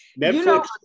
Netflix